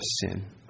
sin